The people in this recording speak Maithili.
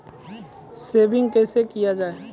सेविंग कैसै किया जाय?